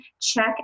check